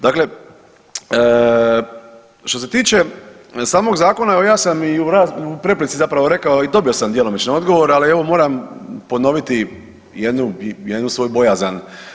Dakle, što se tiče samog zakona, evo ja sam i u replici zapravo rekao i dobio sam djelomično odgovor, ali evo moram ponoviti jednu, jednu svoju bojazan.